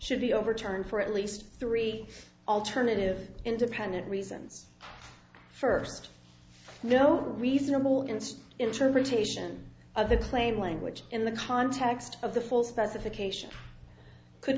should be overturned for at least three alternative independent reasons first no reasonable inst interpretation of the claim language in the context of the full specification could